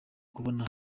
kubona